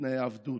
בתנאי עבדות,